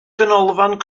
ganolfan